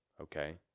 okay